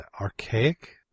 Archaic